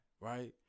Right